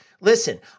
Listen